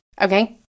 okay